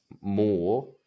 more